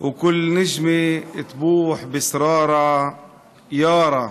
וכל כוכב לוחש את סודותיו, יארא.